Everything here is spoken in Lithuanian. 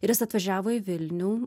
ir jis atvažiavo į vilnių